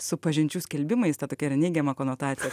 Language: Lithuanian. su pažinčių skelbimais ta tokia yra neigiama konotacija